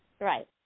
Right